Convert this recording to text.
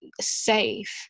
safe